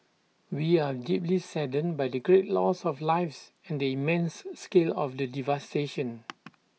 we are deeply saddened by the great loss of lives and the immense scale of the devastation